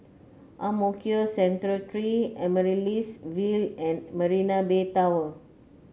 Ang Mo Kio Central Three Amaryllis Ville and Marina Bay Tower